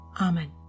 Amen